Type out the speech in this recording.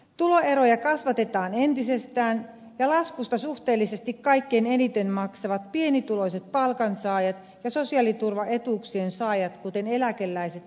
tuloeroja kasvatetaan entisestään ja laskusta suhteellisesti kaikkein eniten maksavat pienituloiset palkansaajat ja sosiaaliturvaetuuksien saajat kuten eläkeläiset opiskelijat ja työttömät